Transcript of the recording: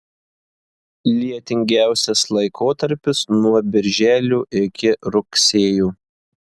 lietingiausias laikotarpis nuo birželio iki rugsėjo